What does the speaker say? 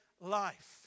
life